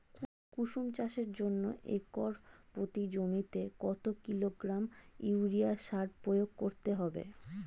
কুসুম চাষের জন্য একর প্রতি জমিতে কত কিলোগ্রাম ইউরিয়া সার প্রয়োগ করতে হবে?